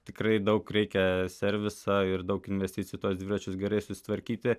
tikrai daug reikia serviso ir daug investicijų tuos dviračius gerai susitvarkyti